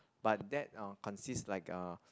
but that oh consist like a